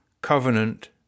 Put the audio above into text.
covenant